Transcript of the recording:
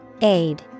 Aid